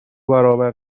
برابر